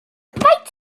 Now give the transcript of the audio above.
faint